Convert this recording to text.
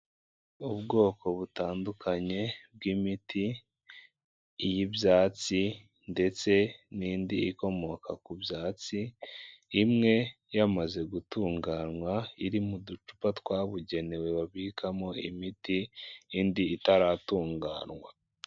Ubwoko butandukanye bw'imiti y'ibyatsi ndetse n'indi ikomoka ku byatsi imwe yamaze gutunganywa iri mu ducupa twabugenewe babikamo imiti indi itaratunganywa.